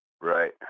right